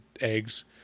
eggs